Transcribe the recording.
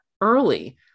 early